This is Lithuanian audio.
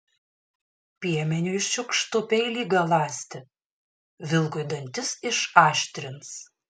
piemeniui šiukštu peilį galąsti vilkui dantis išaštrins